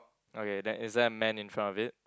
okay that is there a man in front of it